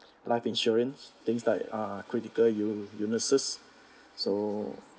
life insurance things like uh critical ill~ illnesses so